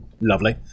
Lovely